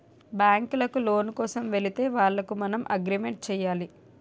బ్యాంకులకు లోను కోసం వెళితే వాళ్లకు మనం అగ్రిమెంట్ చేయాలి